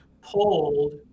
pulled